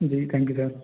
ji thank you sir